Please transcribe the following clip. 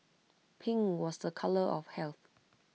pink was A colour of health